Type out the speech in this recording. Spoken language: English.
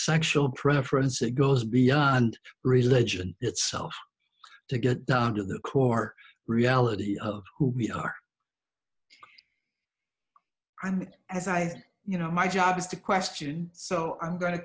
sexual preference it goes beyond religion itself to get down to the core reality of who we are and as i you know my job is to question so i'm g